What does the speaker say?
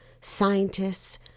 scientists